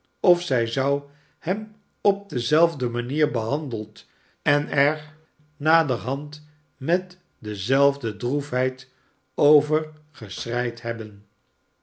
of zij zou hem op dezelfde manier behandeld en er naderhand met dezelf de droefheid over geschreid hebben